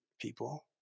people